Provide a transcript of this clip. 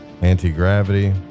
anti-gravity